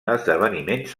esdeveniments